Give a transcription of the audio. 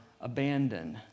abandoned